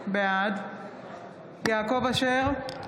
בעד יעקב אשר,